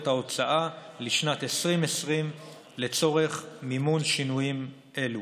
ההוצאה לשנת 2020 לצורך מימון שינויים אלה.